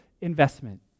investment